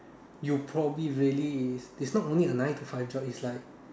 you probably really is it's not only a nine to five job is like